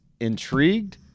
intrigued